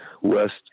west